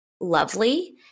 lovely